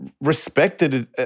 respected